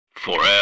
forever